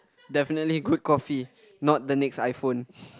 definitely quick coffee not the next iPhone